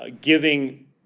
giving